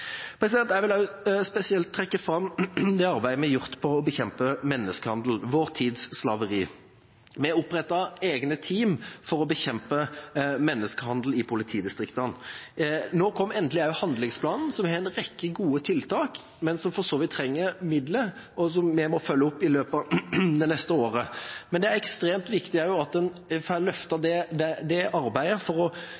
Jeg vil spesielt trekke fram det arbeidet vi har gjort for å bekjempe menneskehandel, vår tids slaveri. Vi opprettet egne team for å bekjempe menneskehandel i politidistriktene. Nå kom endelig også handlingsplanen, som har en rekke gode tiltak, men som for så vidt trenger midler, og som vi må følge opp i løpet av det neste året. Det er ekstremt viktig at man også får